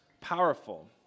powerful